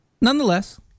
nonetheless